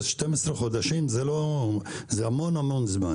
12 חודשים הם הרבה זמן.